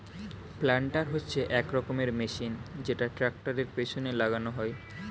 planter হচ্ছে এক রকমের মেশিন যেটা ট্র্যাক্টরের পেছনে লাগানো হয়